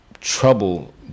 trouble